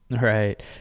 Right